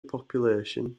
population